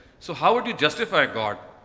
so how would you justify god